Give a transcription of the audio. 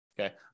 Okay